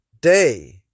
day